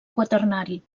quaternari